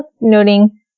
noting